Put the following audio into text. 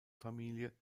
familie